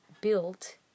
built